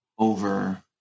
Over